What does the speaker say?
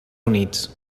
units